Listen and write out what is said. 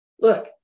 look